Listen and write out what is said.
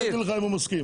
הוא יגיד לך אם הוא מסכים.